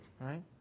right